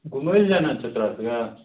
घुमय लए जाना छऽ तोरा सबके